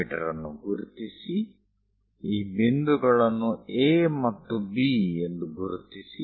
me ಅನ್ನು ಗುರುತಿಸಿ ಈ ಬಿಂದುಗಳನ್ನು A ಮತ್ತು B ಎಂದು ಗುರುತಿಸಿ